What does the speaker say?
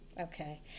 Okay